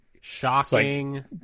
shocking